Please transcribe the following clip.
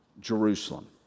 Jerusalem